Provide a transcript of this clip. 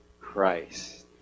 Christ